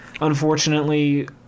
Unfortunately